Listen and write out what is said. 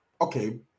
Okay